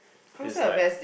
is like